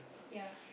ya